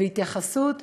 כל התייחסות.